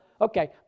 okay